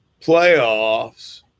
Playoffs